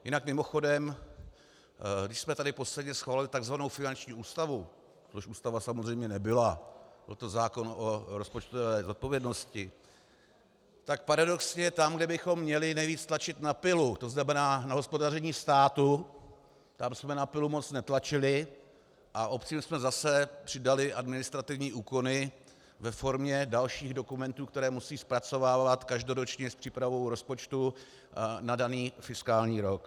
Jinak mimochodem, když jsme tady posledně schvalovali takzvanou finanční ústavu, což ústava samozřejmě nebyla, byl to zákon o rozpočtové odpovědnosti, tak paradoxně tam, kde bychom měli nejvíc tlačit na pilu, to znamená na hospodaření státu, tam jsme na pilu moc netlačili a obcím jsme zase přidali administrativní úkony ve formě dalších dokumentů, které musí zpracovávat každoročně s přípravou rozpočtu na daný fiskální rok.